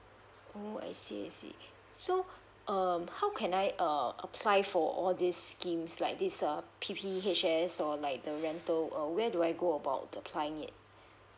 oh I see I see so um how can I uh apply for all these schemes like this uh P_P_H_S or like the rental or where do I go about applying it